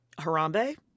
Harambe